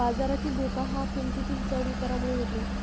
बाजारातील धोका हा किंमतीतील चढ उतारामुळे होतो